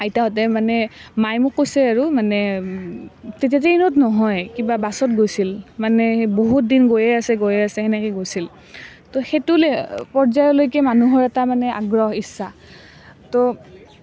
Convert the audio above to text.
আইতাহঁতে মানে মায়ে মোক কৈছে আৰু মানে তেতিয়া ট্ৰেইনত নহয় কিবা বাছত গৈছিল মানে বহুত দিন গৈয়ে আছে গৈয়ে আছি সেনেকৈ গৈছিল তো সেইটো লে পৰ্যায়লেকে মানে মানুহৰ আগ্ৰহ ইচ্ছা